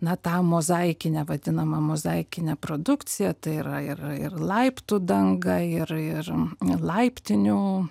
na tą mozaikinę vadinamą mozaikinę produkciją tai yra ir ir laiptų dangą ir laiptinių